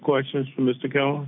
questions from this to go